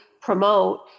promote